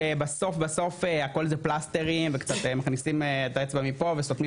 שבסוף בסוף הכל זה פלסטרים וקצת מכניסים את האצבע מפה וסותמים